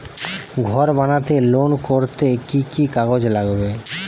ঘর বানাতে লোন করতে কি কি কাগজ লাগবে?